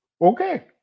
Okay